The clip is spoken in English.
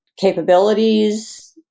capabilities